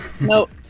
nope